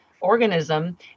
organism